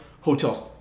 hotel's